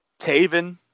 Taven